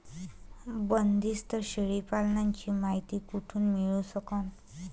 बंदीस्त शेळी पालनाची मायती कुठून मिळू सकन?